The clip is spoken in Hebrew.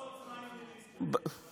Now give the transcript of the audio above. זאת לא עוצמה יהודית,